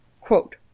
quote